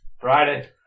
Friday